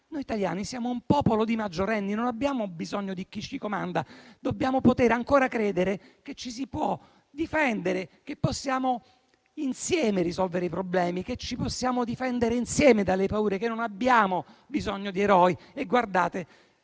noi italiani siamo un popolo di maggiorenni e non abbiamo bisogno di chi ci comanda. Dobbiamo poter ancora credere che ci si può difendere, che possiamo insieme risolvere i problemi, che ci possiamo difendere insieme dalle paure, che non abbiamo bisogno di eroi. Noi